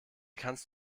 kannst